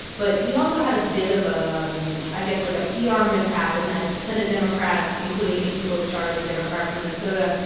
but he also had a bit of a um i guess, like, a ah pr mishap in that senate democrats, including amy klobuchar, who's a democrat from minnesota,